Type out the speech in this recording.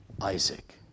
Isaac